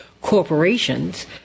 corporations